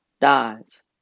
dies